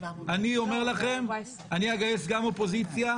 אני אומר לכם, אני אגייס גם אופוזיציה.